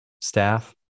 staff